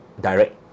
direct